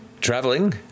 traveling